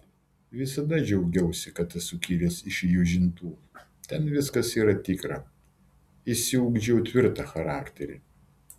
visada džiaugiausi kad esu kilęs iš jūžintų ten viskas yra tikra išsiugdžiau tvirtą charakterį